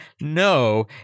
no